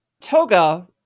toga